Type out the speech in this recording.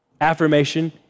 affirmation